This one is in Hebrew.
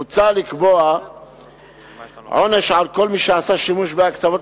מוצע לקבוע עונש על כל מי שעשה שימוש בהקצבות